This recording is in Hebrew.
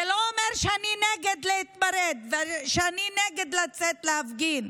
זה לא אומר שאני נגד להתמרד ושאני נגד לצאת להפגין.